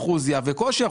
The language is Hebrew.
מחריגים